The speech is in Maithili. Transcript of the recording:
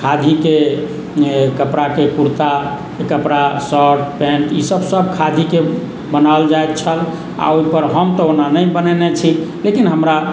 खादीके कपड़ाके कुर्ताके कपड़ा शर्ट पैन्ट ईसभ सभ खादीके बनाओल जाइत छल आ ओहिपर हम तऽ ओना नहि बनओने छी लेकिन हमरा